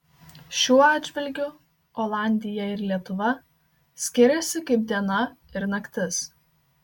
šiuo atžvilgiu olandija ir lietuva skiriasi kaip diena ir naktis